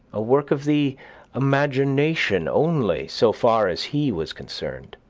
a work of the imagination only, so far as he was concerned.